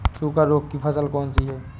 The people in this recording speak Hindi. सूखा रोग की फसल कौन सी है?